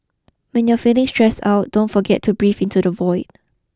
when you are feeling stressed out don't forget to breathe into the void